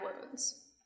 wounds